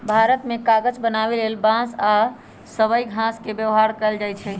भारत मे कागज बनाबे लेल बांस आ सबइ घास के व्यवहार कएल जाइछइ